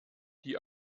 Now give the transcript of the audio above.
die